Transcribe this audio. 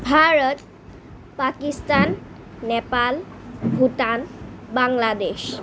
Bharat Pakistan Nepal Bhutan Bangladesh